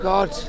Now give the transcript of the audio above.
God